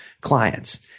clients